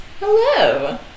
Hello